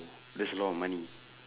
that's a lot of money